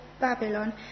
Babylon